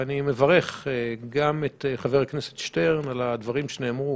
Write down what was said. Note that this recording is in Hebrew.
ואני מברך גם את חבר הכנסת שטרן על הדברים שנאמרו,